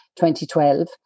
2012